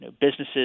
businesses